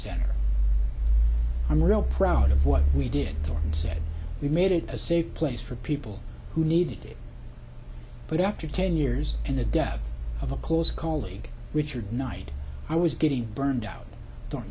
center i'm real proud of what we did we made it a safe place for people who needed it but after ten years in the death of a close colleague richard night i was getting burned out on